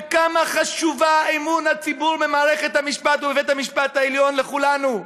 וכמה חשוב אמון הציבור במערכת המשפט ובבית-המשפט העליון לכולנו.